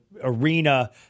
arena